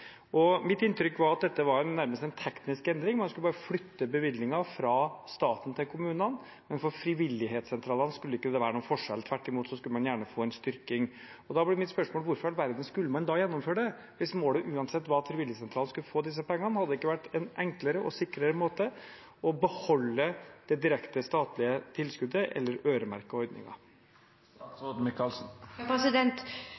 Mitt inntrykk var at dette nærmest var en teknisk endring; man skulle bare flytte bevilgninger fra staten til kommunene, men for frivillighetssentralene skulle det ikke være noen forskjell. Tvert imot skulle man gjerne få en styrking. Da blir mitt spørsmål: Hvorfor i all verden skulle man da gjennomføre det – hvis målet uansett var at frivillighetssentralene skulle få disse pengene? Hadde det ikke vært en enklere og sikrere måte å beholde det direkte statlige tilskuddet eller øremerke